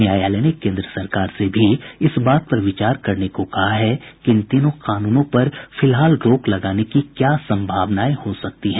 न्यायालय ने केन्द्र सरकार से भी इस बात पर विचार करने को कहा कि इन तीनों कानूनों पर फिलहाल रोक लगाने की क्या संभावनाएं हो सकती हैं